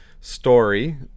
story